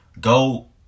go